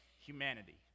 Humanity